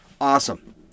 awesome